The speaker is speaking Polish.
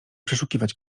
przeszukiwać